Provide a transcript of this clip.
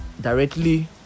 directly